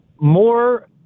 more